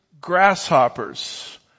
grasshoppers